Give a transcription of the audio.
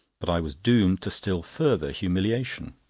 but i was doomed to still further humiliation.